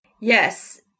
Yes